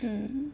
mm